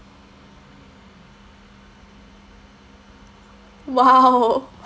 !wow!